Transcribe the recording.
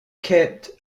kept